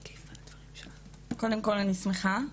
קודם כל, אני שמחה.